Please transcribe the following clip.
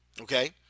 okay